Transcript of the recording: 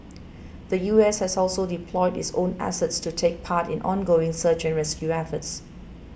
the U S has also deployed its own assets to take part in ongoing search and rescue efforts